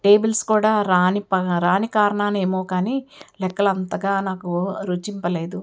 tables కూడా రాని రాని కారణాన ఏమో కానీ లెక్కలు అంతగా నాకు రుచింపలేదు